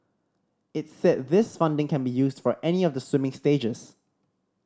it said this funding can be used for any of the swimming stages